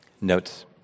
notes